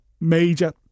major